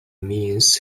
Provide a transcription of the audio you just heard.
means